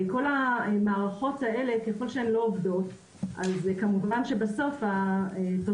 כל המערכות האלה ככל שהן לא עובדות אז כמובן שבסוף התוצאה